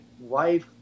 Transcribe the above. wife